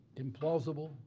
implausible